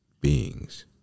beings